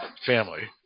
family